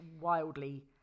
wildly